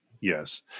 Yes